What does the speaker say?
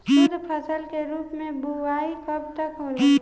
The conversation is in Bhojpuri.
शुद्धफसल के रूप में बुआई कब तक होला?